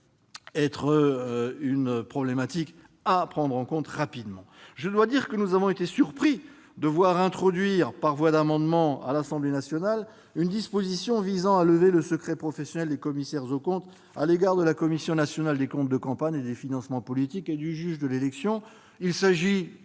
paraît une problématique à prendre en compte rapidement. Je dois dire que nous avons été surpris de voir introduire par voie d'amendement, à l'Assemblée nationale, une disposition visant à lever le secret professionnel des commissaires aux comptes à l'égard de la Commission nationale des comptes de campagne et des financements politiques et du juge de l'élection. Il s'agit